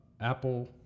Apple